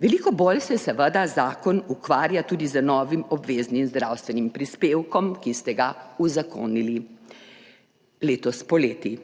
Veliko bolj se seveda zakon ukvarja tudi z novim obveznim zdravstvenim prispevkom, ki ste ga uzakonili letos poleti.